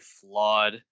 flawed